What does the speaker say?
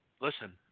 listen